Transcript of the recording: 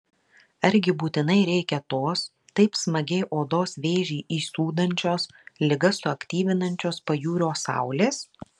argi būtinai reikia tos taip smagiai odos vėžį įsūdančios ligas suaktyvinančios pajūrio saulės